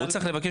הוא צריך לבקש,